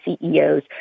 CEOs